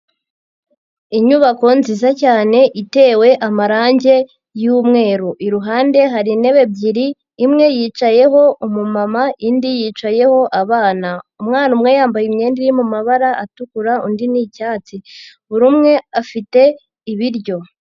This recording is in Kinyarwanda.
Inyubako nziza cyane itewe amarangi y'umweru, iruhande hari intebe ebyiri imwe yicayeho umumama, indi yicayeho abana, umwana umwe yambaye imyenda iri mumabara atukura, undi n'icyatsi, buri umwe afite ibiryo.